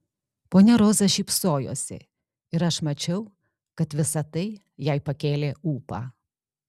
ponia roza šypsojosi ir aš mačiau kad visa tai jai pakėlė ūpą